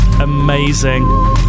amazing